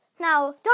Now